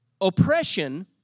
Oppression